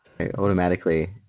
Automatically